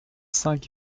cinq